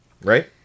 right